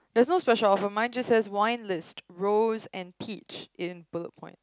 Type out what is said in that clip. there's no special offer mine just has wine list rose and peak in bullet point